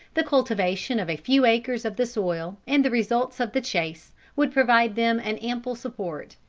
the cultivation of a few acres of the soil, and the results of the chase, would provide them an ample support.